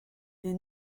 des